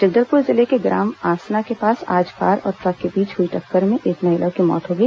जगदलपुर जिले के ग्राम आसना के पास आज कार और ट्रक के बीच हुई टक्कर में एक महिला की मौत हो गई